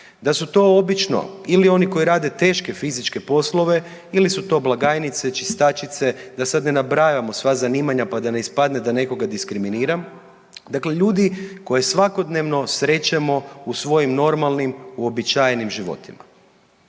da su to obično ili oni koji rade teške fizičke poslove ili su to blagajnice, čistačice, da sad ne nabrajamo sva zanimanja pa da ispadne da nekoga diskriminiram, dakle ljudi koje svakodnevno srećemo u svojim normalnim, uobičajenim životima.